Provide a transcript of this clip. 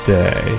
day